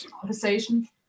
conversation